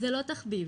לא תחביב,